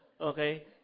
Okay